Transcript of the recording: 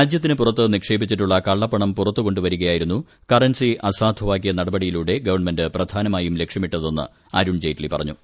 രാജ്യത്തിനു പുറത്ത് നീക്ഷേ്പിച്ചിട്ടുള്ള കള്ളപ്പണം പുറത്തുകൊണ്ടു വരികയായിരുന്നു കറൻസി അസാധുവാക്കിയ നടപടിയിലൂടെ ഗവൺമെന്റ് പ്രധാനമായും ലക്ഷ്യമിട്ടതെന്ന് അരുൺ ജയ്റ്റ്ലി പറഞ്ഞു